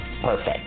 perfect